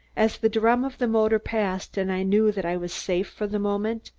as the drum of the motor passed and i knew that i was safe for the moment,